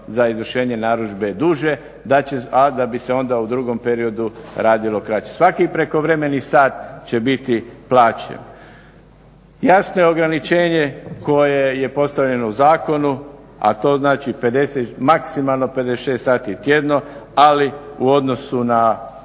za izvršenje narudžbe duže, a da bi se onda u drugom periodu radilo kraće. Svaki prekovremeni sat će biti plaćen. Jasno je ograničenje koje je postavljeno u zakonu, a to znači maksimalno 56 sati tjedno, ali u odnosu na